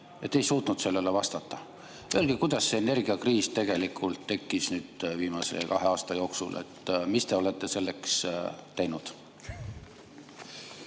Te ei suutnud sellele vastata. Öelge, kuidas see energiakriis tegelikult tekkis nüüd viimase kahe aasta jooksul. Mida te olete selleks teinud?